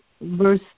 verse